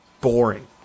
boring